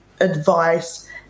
advice